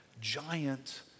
giant